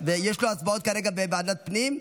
יש לו הצבעות כרגע בוועדת פנים.